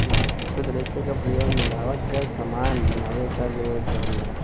शुद्ध रेसे क प्रयोग मिलावट क समान बनावे क लिए भी करल जाला